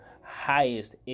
highest